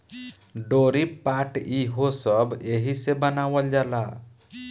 डोरी, पाट ई हो सब एहिसे बनावल जाला